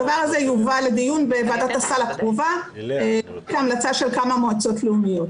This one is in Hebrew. הדבר הזה יובא לדיון בוועדת הסל הקרובה כהמלצה של כמה מועצות לאומיות.